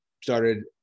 started